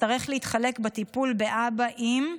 אצטרך להתחלק בטיפול באבא עם,